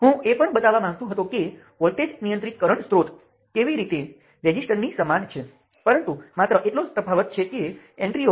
તેથી દરેક શાખા એક જ મેશની હોય છે જો તે ફરતી બાજુએ હોય તો તે બે મેશ પર હોય તે બે મેશ વચ્ચેની સીમા પર હોય